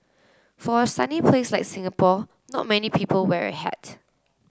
for a sunny place like Singapore not many people wear a hat